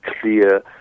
clear